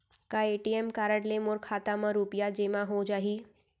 का ATM card ले मोर खाता म रुपिया जेमा हो जाही?